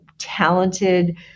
talented